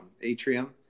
atrium